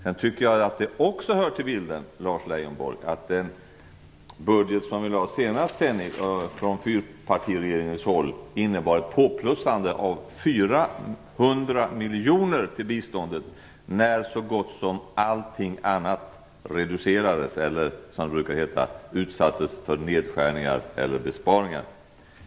Jag tycker att det också hör till bilden att den budget som vi senast lade fram från fyrpartiregeringen innehöll ett påplussande med 400 miljoner till biståndet när så gott som allting annat reducerades, eller som det brukar heta, utsattes för nedskärningar eller besparingar.